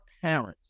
parents